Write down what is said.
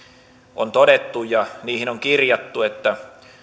on todettu ja niihin on kirjattu että